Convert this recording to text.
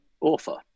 author